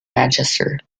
manchester